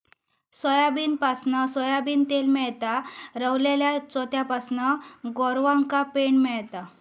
सोयाबीनपासना सोयाबीन तेल मेळता, रवलल्या चोथ्यापासना गोरवांका पेंड मेळता